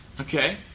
Okay